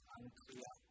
unclear